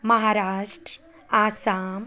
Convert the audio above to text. Maharashtra Assam